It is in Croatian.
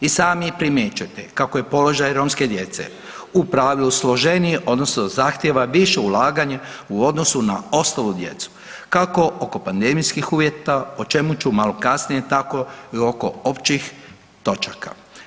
I sami primjećujete kako je položaj romske djece u pravilu složeniji odnosno zahtjeva više ulaganje u odnosu na ostalu djecu, kako oko pandemijskih uvjeta, o čemu ću malo kasnije, tako oko općih točaka.